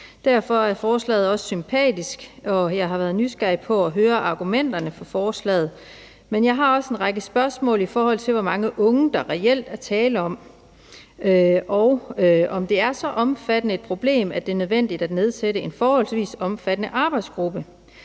Derfor er forslaget også sympatisk, og jeg har været nysgerrig på at høre argumenterne for forslaget. Men jeg har også en række spørgsmål, i forhold til hvor mange unge der reelt er tale om, og om det er så omfattende et problem, at det er nødvendigt at nedsætte en forholdsvis omfattende arbejdsgruppe.